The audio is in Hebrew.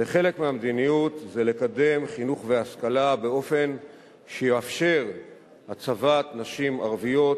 וחלק מהמדיניות זה לקדם חינוך והשכלה באופן שיאפשר הצבת נשים ערביות